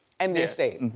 and the estate. and